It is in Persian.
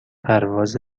پرواز